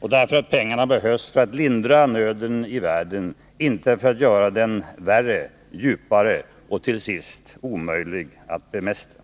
och därför att pengarna behövs för att lindra nöden i världen, inte för att göra den värre, djupare och till sist omöjlig att bemästra.